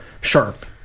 sharp